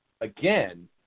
again